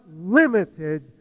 limited